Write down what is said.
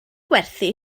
gwerthu